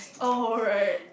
alright